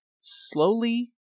slowly